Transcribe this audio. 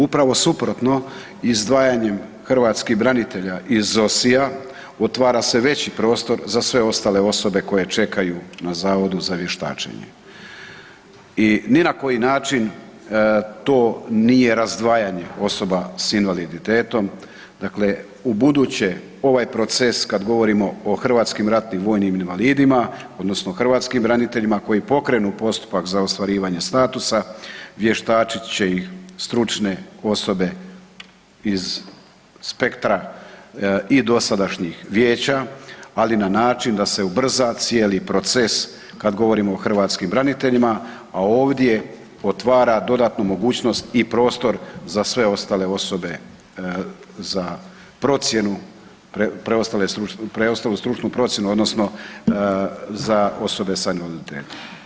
Upravo suprotno, izdavanjem hrvatskih branitelja iz ZOSI-ja, otvara se veći prostor za sve ostale osobe koje čekaju na Zavodu za vještačenje i ni na koji način to nije razdvajanje osoba sa invaliditetom, dakle ubuduće ovaj proces kad govorimo o HRVI-ma odnosno hrvatskim braniteljima koji pokrenu postupak za ostvarivanje statusa, vještačit će ih stručne osobe iz spektra i dosadašnjih vijeća ali na način da se ubrza cijeli proces kad govorimo o hrvatskim braniteljima a ovdje otvara dodatnu mogućnost i prostor za sve ostale osobe sa procjenu, preostalu stručnu procjenu odnosno za osobe sa invaliditetom.